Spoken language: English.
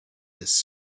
this